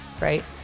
right